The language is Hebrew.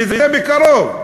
וזה בקרוב,